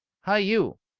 hi! you!